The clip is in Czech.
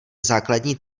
základní